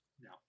No